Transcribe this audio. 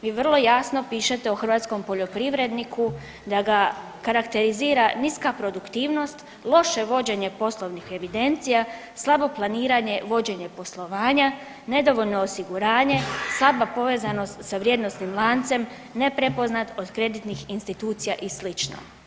Vi vrlo jasno pišete o hrvatskom poljoprivredniku da ga karakterizira niska produktivnost, loše vođenje poslovnih evidencija, slabo planiranje, vođenje poslovanja, nedovoljno osiguranje, slaba povezanost sa vrijednosnim lancem, neprepoznat od kreditnih institucija i slično.